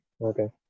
Okay